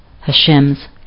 Hashem's